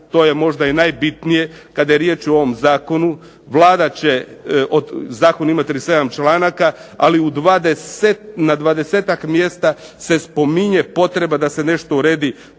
to je možda i najbitnije kada je riječ o ovom zakonu, Vlada će, zakon ima 37 članaka, ali na 20-ak mjesta se spominje potreba da se nešto uredi